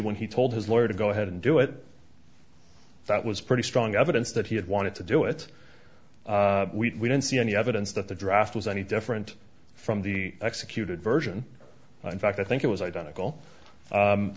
when he told his lawyer to go ahead and do it that was pretty strong evidence that he had wanted to do it we didn't see any evidence that the draft was any different from the executed version in fact i think it was identical